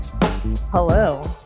Hello